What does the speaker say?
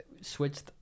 switched